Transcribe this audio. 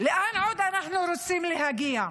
לאן עוד אנחנו רוצים להגיע?